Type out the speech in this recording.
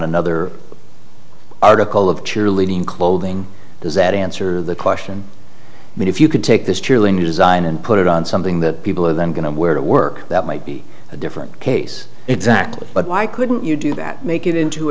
another article of cheerleading clothing does that answer the question i mean if you could take this chilling new design and put it on something that people are then going to wear to work that might be a different case exactly but why couldn't you do that make it into